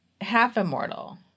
half-immortal